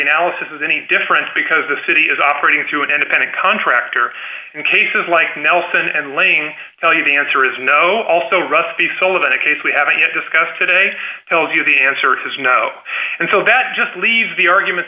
analysis is any different because the city is operating through an independent contractor in cases like nelson and laying tell you the answer is no also rusty sullivan a case we haven't yet discussed today tells you the answer is no and so that just leaves the arguments